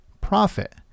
profit